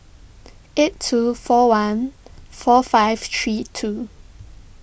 eight two four one four five three two